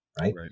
right